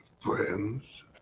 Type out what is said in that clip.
friends